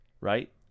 right